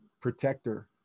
protector